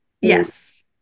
Yes